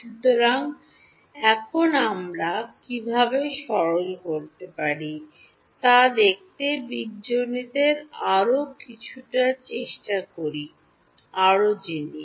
সুতরাং এখন আমরা কীভাবে সরল করতে পারি তা দেখতে বীজগণিতের আরও কিছুটা চেষ্টা করি আরও জিনিস